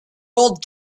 old